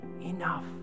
enough